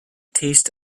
taste